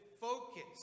focus